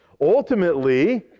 ultimately